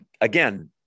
Again